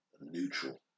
neutral